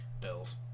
bills